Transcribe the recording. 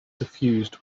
suffused